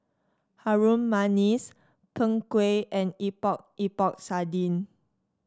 Harum Manis Png Kueh and Epok Epok Sardin